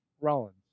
Rollins